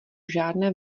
žádné